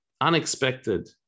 unexpected